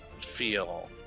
feel